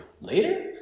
Later